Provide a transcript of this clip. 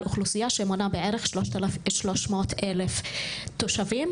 אוכלוסייה שמונה בערך 300 אלף תושבים.